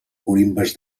corimbes